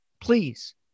Please